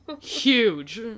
Huge